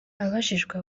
abajijwe